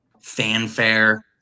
fanfare